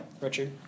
Richard